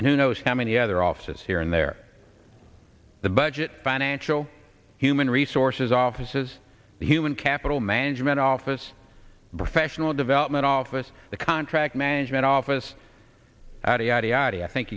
and who knows how many other offices here and there the budget financial human resources offices the human capital management office the professional development office the contract management office